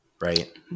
Right